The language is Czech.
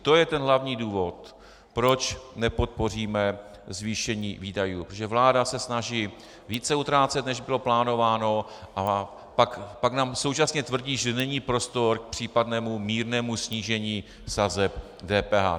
To je ten hlavní důvod, proč nepodpoříme zvýšení výdajů, protože vláda se snaží více utrácet, než bylo plánováno, a pak nám současně tvrdí, že není prostor k případnému mírnému snížení sazeb DPH.